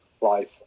life